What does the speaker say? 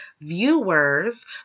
viewers